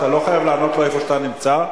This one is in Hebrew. אתה לא חייב לענות לו איפה שאתה נמצא,